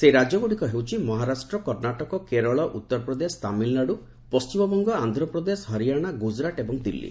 ସେହି ରାଜ୍ୟ ଗୁଡ଼ିକ ହେଉଛି ମହାରାଷ୍ଟ୍ର କର୍ଣ୍ଣାଟକ କେରଳ ଉତ୍ତରପ୍ରଦେଶ ତାମିଲନାଡ଼ୁ ପଣ୍ଢିମବଙ୍ଗ ଆନ୍ଧ୍ରପ୍ରଦେଶ ହାରିଆଣା ଗୁଜରାଟ ଏବଂ ଦିଲ୍ଲୀ